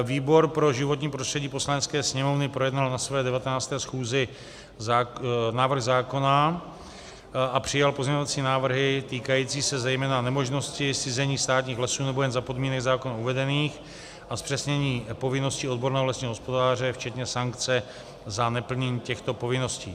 Výbor pro životní prostředí Poslanecké sněmovny projednal na své 19. schůzi návrh zákona a přijal pozměňovací návrhy týkající se zejména nemožnosti zcizení státních lesů nebo jen za podmínek zákonem uvedených a zpřesnění povinností odborného lesního hospodáře včetně sankce za neplnění těchto povinností.